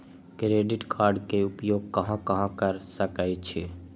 Credit card के उपयोग कहां कहां कर सकईछी?